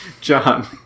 John